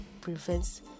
prevents